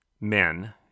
Men